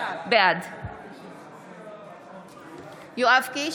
בעד שלמה קרעי,